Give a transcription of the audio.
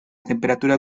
temperatura